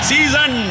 Season